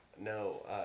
No